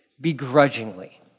begrudgingly